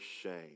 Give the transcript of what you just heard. shame